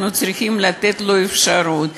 אנחנו צריכים לתת לו אפשרות.